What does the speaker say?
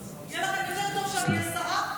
יהיה לכם יותר טוב שאני אהיה שרה?